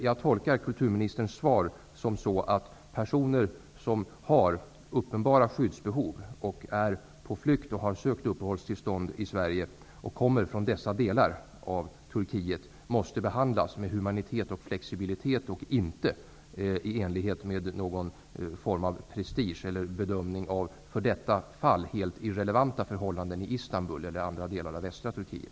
Jag tolkar kulturministerns svar så, att personer med uppenbara skyddsbehov som är på flykt från dessa delar av Turkiet och som har sökt uppehållstillstånd i Sverige måste behandlas med humanitet och flexibilitet utan prestige och hänsyn till helt irrelevanta förhållanden i Istanbul eller andra delar av västra Turkiet.